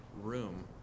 room